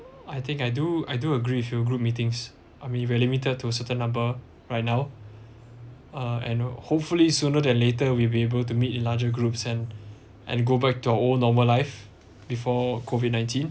I think I do I do agree with you group meetings I mean we're limited to certain number right now uh and hopefully sooner and later we will be able to meet in larger groups and and go back to old normal life before COVID nineteen